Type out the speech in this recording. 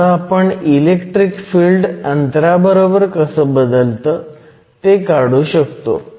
आता आपण electric field अंतराबरोबर कसं बदलतं ते काढू शकतो